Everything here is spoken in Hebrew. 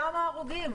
שם ההרוגים.